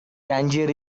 tangier